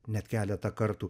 net keletą kartų